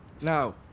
Now